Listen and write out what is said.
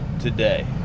today